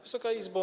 Wysoka Izbo!